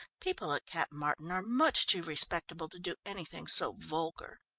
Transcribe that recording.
people at cap martin are much too respectable to do anything so vulgar.